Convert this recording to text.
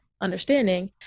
understanding